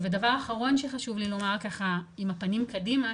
הדבר האחרון שחשוב לי לומר ככה עם הפנים קדימה,